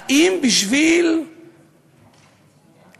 האם בשביל איזו